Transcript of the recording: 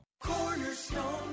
cornerstone